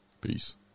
peace